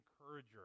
encourager